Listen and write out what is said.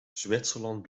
zwitserland